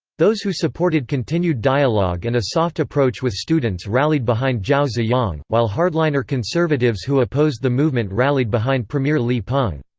those who supported continued dialogue and a soft approach with students rallied behind zhao ziyang, while hardliner conservatives who opposed the movement rallied behind premier li peng.